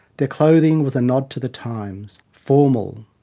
their clothing was a nod to the times formal,